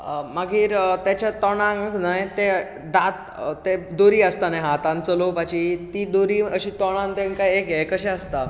मागीर तेच्या तोंडाक न्हय ते दांत ते दोरी आसता न्हय हांतान चलोवपाची ती दोरी अशी तोंडान तेंका एक हें कशें आसता